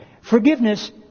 Forgiveness